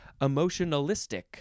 emotionalistic